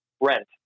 rent